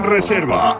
Reserva